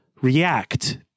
react